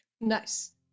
Nice